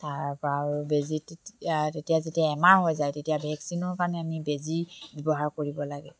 তাৰপা আৰু বেজী তেতিয়া তেতিয়া যেতিয়া এমাহ হৈ যায় তেতিয়া ভেকচিনৰ কাৰণে আমি বেজী ব্যৱহাৰ কৰিব লাগে